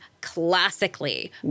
classically